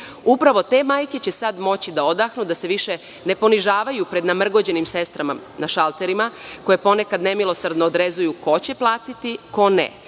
Upravo te majke će sad moći da odahnu, da se više ne ponižavaju pred namrgođenim sestrama na šalterima koje ponekad nemilosrdno odrezuju ko će platiti, ko ne,